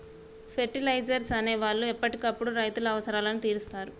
fertilisers అనే వాళ్ళు ఎప్పటికప్పుడు రైతుల అవసరాలను తీరుస్తారు